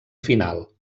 final